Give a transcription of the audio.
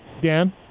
Dan